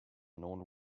known